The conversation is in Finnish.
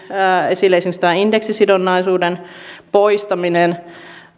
esille esimerkiksi tämän indeksisidonnaisuuden poistaminen